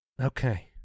Okay